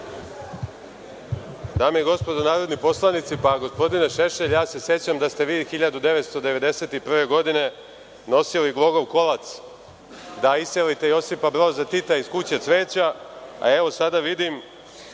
Dame i gospodo narodni poslanici, pa, gospodine Šešelj, ja se sećam da ste vi 1991. godine nosili glogov kolac da iselite Josipa Broza Tita iz Kuće cveća, a evo sada vidim